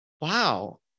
wow